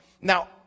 now